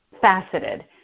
faceted